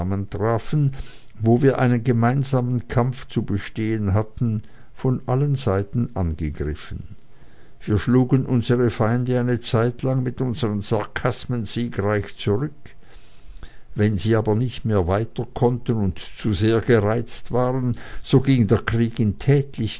wo wir einen gemeinsamen kampf zu bestehen hatten von allen seiten angegriffen wir schlugen unsere feinde eine zeitlang mit unseren sarkasmen siegreich zurück wenn sie aber nicht mehr weiterkonnten und zu sehr gereizt waren so ging der krieg in